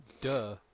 Duh